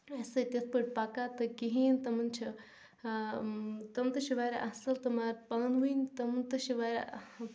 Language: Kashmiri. اَسہِ سۭتۍ تِتھ پٲٹھۍ پَکان تہٕ کِہیٖنۍ تِمَن چھِ تِم تہٕ چھِ واریاہ اَصٕل تہٕ مگر پانہٕ ؤنۍ تِم تہٕ چھِ واریاہ